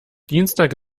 dienstag